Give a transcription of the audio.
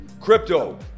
Crypto